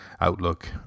outlook